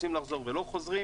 רוצים לחזור ולא חוזרים.